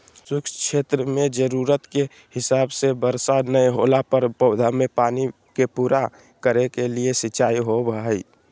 शुष्क क्षेत्र मेंजरूरत के हिसाब से वर्षा नय होला पर पौधा मे पानी के पूरा करे के ले सिंचाई होव हई